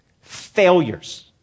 Failures